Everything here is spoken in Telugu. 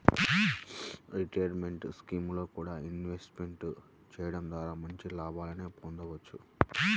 రిటైర్మెంట్ స్కీముల్లో కూడా ఇన్వెస్ట్ చెయ్యడం ద్వారా మంచి లాభాలనే పొందొచ్చు